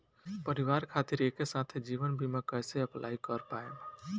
परिवार खातिर एके साथे जीवन बीमा कैसे अप्लाई कर पाएम?